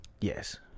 Yes